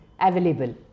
available